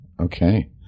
Okay